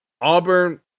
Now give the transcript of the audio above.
Auburn